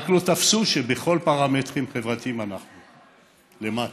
רק לא תפסו שבכל הפרמטרים החברתיים אנחנו למטה,